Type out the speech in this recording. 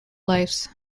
lives